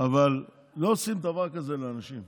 אבל לא עושים דבר כזה לאנשים,